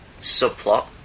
subplot